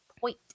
point